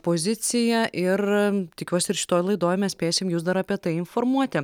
poziciją ir tikiuosi ir šitoj laidoj mes spėsim jus dar apie tai informuoti